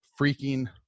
freaking